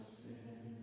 sin